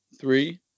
three